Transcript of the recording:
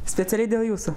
specialiai dėl jūsų